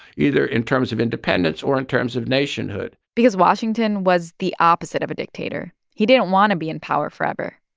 either in terms of independence or in terms of nationhood because washington was the opposite of a dictator. he didn't want to be in power forever,